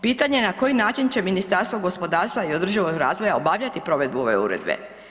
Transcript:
Pitanje na koji način će Ministarstvo gospodarstva i održivog razvoja obavljati provedbu ove uredbe?